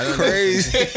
crazy